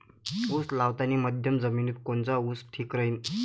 उस लावतानी मध्यम जमिनीत कोनचा ऊस ठीक राहीन?